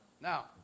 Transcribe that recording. Now